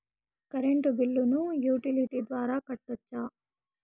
Current బిల్లును utility ద్వారా కట్టొచ్చా?